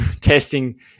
testing